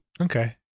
Okay